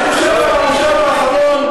אני חושב על המשפט האחרון,